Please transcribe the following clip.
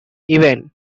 event